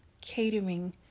catering